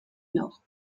nord